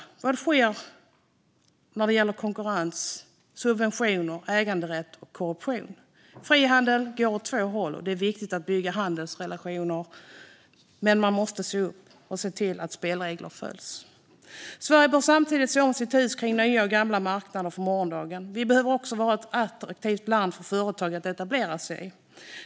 Vad sker när det gäller konkurrens, subventioner, äganderätt och korruption? Frihandel går åt två håll, och det är viktigt att bygga handelsrelationer. Men man måste se upp och se till att spelreglerna följs. Sverige bör samtidigt se om sitt hus kring nya och gamla marknader inför morgondagen. Vi behöver också vara ett attraktivt land för företag att etablera sig i.